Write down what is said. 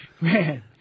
man